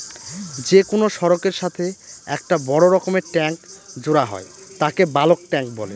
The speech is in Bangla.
যে কোনো সড়কের সাথে একটা বড় রকমের ট্যাংক জোড়া হয় তাকে বালক ট্যাঁক বলে